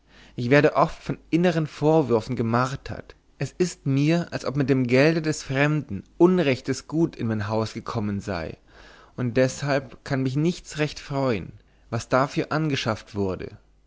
ich werde oft von innern vorwürfen gemartert es ist mir als ob mit dem gelde des fremden unrechtes gut in mein haus gekommen sei und deshalb kann mich nichts recht freuen was dafür angeschafft wurde